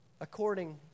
according